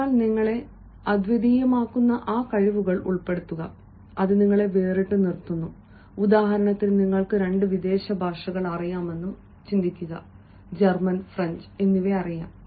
അതിനാൽ നിങ്ങളെ അദ്വിതീയമാക്കുന്ന ആ കഴിവുകൾ ഉൾപ്പെടുത്തുക അത് നിങ്ങളെ വേറിട്ടു നിർത്തുന്നു ഉദാഹരണത്തിന് നിങ്ങൾക്ക് 2 വിദേശ ഭാഷകൾ ജർമ്മൻ ഫ്രഞ്ച് എന്നിവ അറിയാം